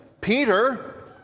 Peter